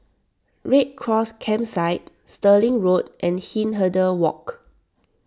Red Cross Campsite Stirling Road and Hindhede Walk